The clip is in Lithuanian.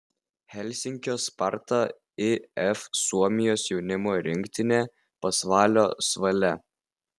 helsinkio sparta if suomijos jaunimo rinktinė pasvalio svalia